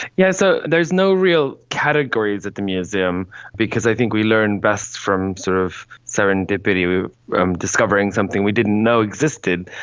yes, so there's no real categories at the museum because i think we learn best from sort of serendipity, um discovering something we didn't know existed.